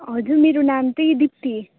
हजुर मेरो नाम चाहिँ दिप्ती